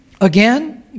again